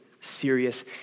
serious